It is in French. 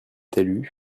talus